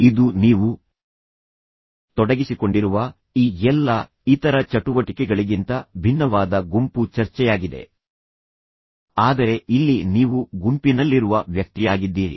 ಇದು ನೀವು ತೊಡಗಿಸಿಕೊಂಡಿರುವ ಈ ಎಲ್ಲಾ ಇತರ ಚಟುವಟಿಕೆಗಳಿಗಿಂತ ಭಿನ್ನವಾದ ಗುಂಪು ಚರ್ಚೆಯಾಗಿದೆ ಆದರೆ ಇಲ್ಲಿ ನೀವು ಗುಂಪಿನಲ್ಲಿರುವ ವ್ಯಕ್ತಿಯಾಗಿದ್ದೀರಿ